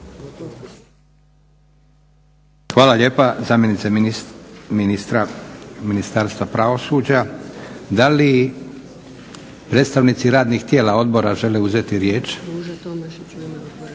Hvala lijepo zamjenice ministra Ministarstva pravosuđa. Da li predstavnici radnih tijela, odbora žele uzeti riječ?